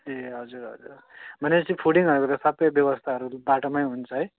ए हजुर हजुर भनेपछि फुडिङहरूको सबै व्यवस्थाहरू बाटोमै हुन्छ है